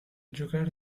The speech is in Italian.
giocare